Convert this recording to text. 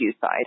side